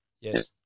Yes